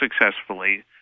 successfully